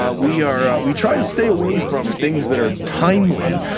ah we are. we try to stay away from things that are timely,